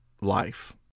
Life